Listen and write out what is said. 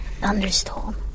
Thunderstorm